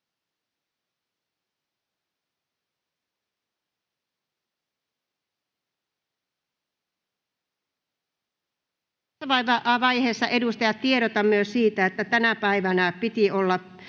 edustajat, tiedotan myös siitä, että tänä päivänä piti olla